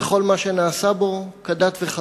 וכל מה שנעשה בו, כדת וכדין.